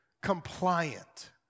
compliant